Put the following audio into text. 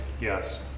Yes